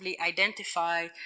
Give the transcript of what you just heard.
identify